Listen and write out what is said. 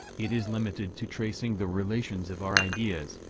it is limited to tracing the relations of our ideas,